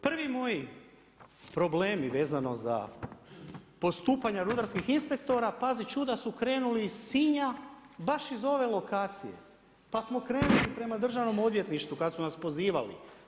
Prvi moji problemi vezano za postupanja rudarskih inspektora, pazi čuda su krenuli iz Sinja baš iz ove lokacije, pa smo krenuli prema Državnom odvjetništvu kad su nas pozivali.